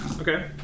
Okay